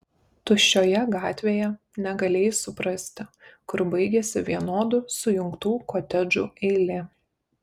tuščioje gatvėje negalėjai suprasti kur baigiasi vienodų sujungtų kotedžų eilė